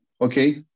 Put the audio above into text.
Okay